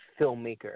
filmmaker